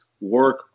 work